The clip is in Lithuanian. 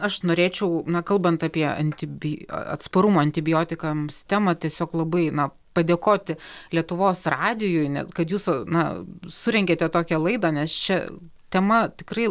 aš norėčiau na kalbant apie antibj atsparumo antibiotikams temą tiesiog labai na padėkoti lietuvos radijui net kad jūs na surengėte tokią laidą nes šia tema tikrai